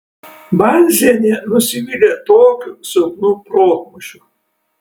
banzienė nusivylė tokiu silpnu protmūšiu